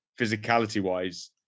physicality-wise